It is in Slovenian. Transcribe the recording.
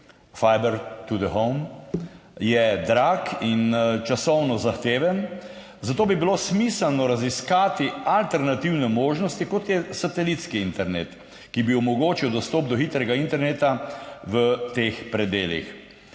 Fiber to the Home, je drag in časovno zahteven, zato bi bilo smiselno raziskati alternativne možnosti, kot je satelitski internet, ki bi omogočil dostop do hitrega interneta v teh predelih.